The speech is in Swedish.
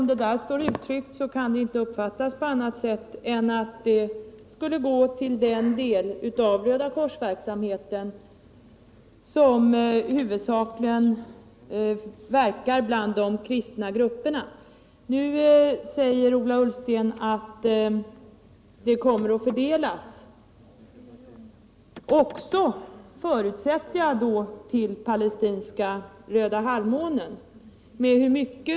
Detta kan inte uppfattas på annat sätt än att medlen skall gå till den del av Röda korsverksamheten som huvudsakligen avser de kristna grupperna. Nu säger Ola Ullsten att medlen kommer att fördelas, och då förutsätter jag att även Röda halvmånen kommer med i bilden.